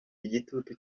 igitutu